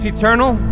eternal